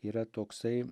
yra toksai